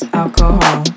alcohol